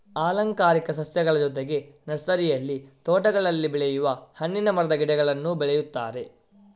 ಅಲಂಕಾರಿಕ ಸಸ್ಯಗಳ ಜೊತೆಗೆ ನರ್ಸರಿಯಲ್ಲಿ ತೋಟಗಳಲ್ಲಿ ಬೆಳೆಯುವ ಹಣ್ಣಿನ ಮರದ ಗಿಡಗಳನ್ನೂ ಬೆಳೆಯುತ್ತಾರೆ